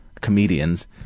comedians